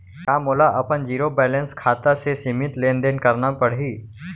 का मोला अपन जीरो बैलेंस खाता से सीमित लेनदेन करना पड़हि?